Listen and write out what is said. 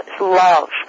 love